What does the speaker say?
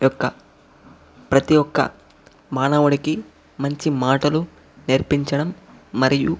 యొక్క ప్రతి ఒక్క మానవుడికి మంచి మాటలు నేర్పించడం మరియు